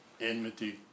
enmity